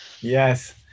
yes